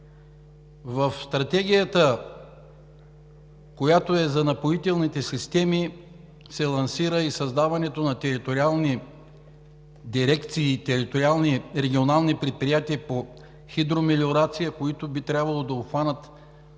В Стратегията за напоителните системи се лансира и създаването на териториални дирекции, териториални, регионални предприятия по хидромелиорация, които би трябвало да обхванат